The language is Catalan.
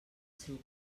seu